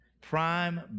prime